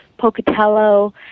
Pocatello